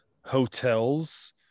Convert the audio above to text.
hotels